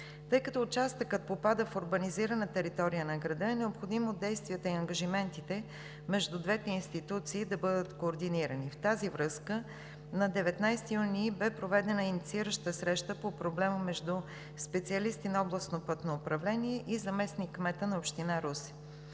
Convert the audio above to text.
Тъй като участъкът попада в урбанизирана територия на града, е необходимо действията и ангажиментите между двете институции да бъдат координирани. В тази връзка на 19 юни бе проведена инициираща среща по проблема между специалисти на Областно пътно управление и заместник-кмета на община Русе.